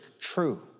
true